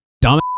Dumb